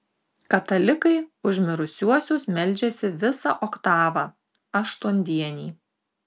katalikai už mirusiuosius meldžiasi visą oktavą aštuondienį